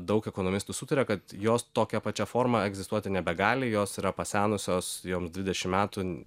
daug ekonomistų sutaria kad jos tokia pačia forma egzistuoti nebegali jos yra pasenusios joms dvidešimt metų